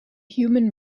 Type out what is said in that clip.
human